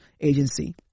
agency